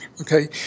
Okay